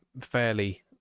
fairly